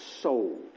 soul